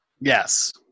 Yes